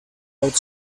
out